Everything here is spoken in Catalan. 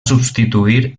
substituir